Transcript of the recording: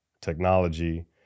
technology